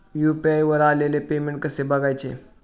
UPI वर आलेले payment कसे बघायचे?